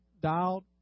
dialed